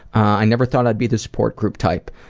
i never thought i'd be the support group type.